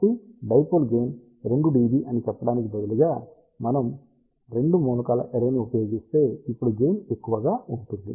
కాబట్టి dipole gain 2 dB అని చెప్పడానికి బదులుగా మనం 2 మూలకాల అర్రే ని ఉపయోగిస్తే ఇప్పుడు గెయిన్ ఎక్కువగా ఉంటుంది